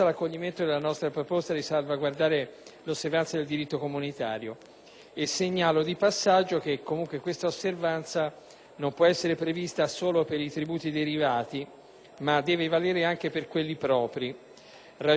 Segnalo di passaggio che comunque questa osservanza non può essere prevista solo per i tributi derivati, ma deve valere anche per quelli propri, ragione per cui abbiamo proposto anche un emendamento in tal senso all'articolo 2.